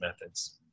methods